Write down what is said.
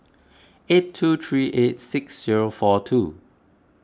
eight two three eight six zero four two